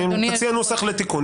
תציע נוסח לתיקון.